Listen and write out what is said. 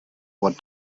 what